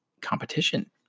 competition